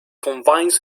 combines